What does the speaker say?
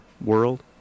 world